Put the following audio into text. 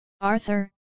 Arthur